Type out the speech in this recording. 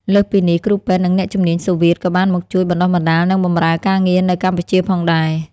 លើសពីនេះ គ្រូពេទ្យ និងអ្នកជំនាញសូវៀតក៏បានមកជួយបណ្តុះបណ្តាល និងបម្រើការងារនៅកម្ពុជាផងដែរ។